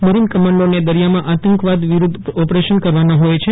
marine કમાન્ડોને દરિયામાં આતંકવાદ વિરુદ્ધ ઓપરેશન કરવાના હોય છે